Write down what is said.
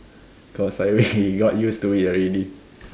cause I mean we got used to it already